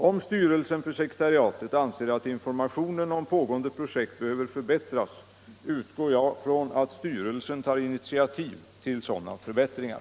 Om styrelsen för sekretariatet anser att informationen om pågående projekt behöver förbättras utgår jag från att styrelsen tar initiativ till sådana förbättringar.